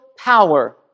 power